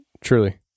truly